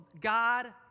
God